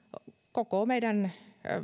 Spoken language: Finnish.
koko meidän